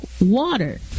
water